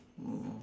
oh